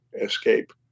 escape